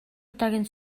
удаагийн